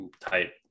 type